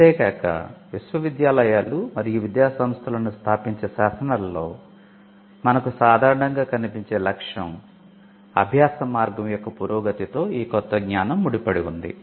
అంతే కాక విశ్వవిద్యాలయాలు మరియు విద్యా సంస్థలను స్థాపించే శాసనాలలో మనకు సాధారణంగా కనిపించే లక్ష్యo 'అభ్యాస మార్గం యొక్క పురోగతి'తో ఈ కొత్త జ్ఞానం ముడిపడి ఉంటుంది